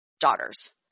daughters